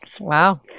Wow